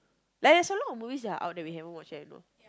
like there's a lot of movies that are out that we haven't watch yet you know